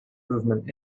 movement